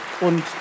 und